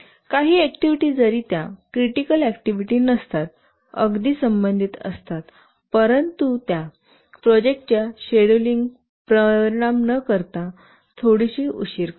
काही ऍक्टिव्हिटी जरी त्या क्रिटिकल ऍक्टिव्हिटी नसतातअगदी संबंधित असतात परंतु त्या प्रोजेक्टच्या शेड्यूलिंग परिणाम न करता थोडीशी उशीर करतात